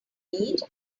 need